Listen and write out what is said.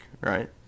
right